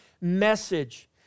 message